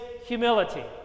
humility